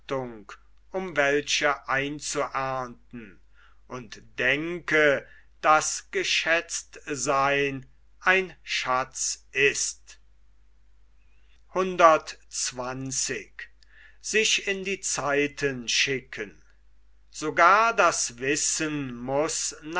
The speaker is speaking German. um welche einzuerndten und denke daß geschätzt seyn ein schatz ist sich in die zeiten schicken sogar das wissen muß